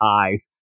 eyes